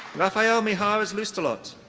rafael mijares loustalot.